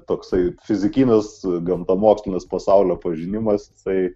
toksai fizikinis gamtamokslinis pasaulio pažinimas jisai